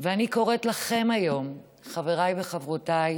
ואני קוראת לכם היום, חבריי וחברותיי,